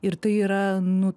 ir tai yra nu